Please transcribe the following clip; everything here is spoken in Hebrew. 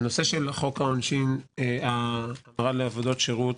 בנושא חוק העונשין עבודות שירות